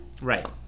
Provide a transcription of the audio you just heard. right